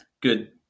good